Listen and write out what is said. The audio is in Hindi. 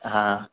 हाँ